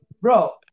bro